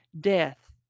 Death